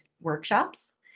workshops